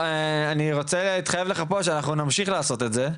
אני רוצה להתחייב לך פה שאנחנו נמשיך לעשות את זה,